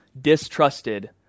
distrusted